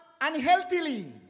unhealthily